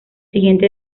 siguiente